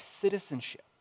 citizenship